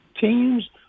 teams